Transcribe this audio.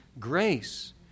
grace